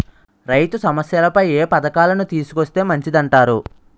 రైతు సమస్యలపై ఏ పథకాలను తీసుకొస్తే మంచిదంటారు?